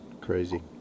crazy